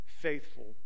faithful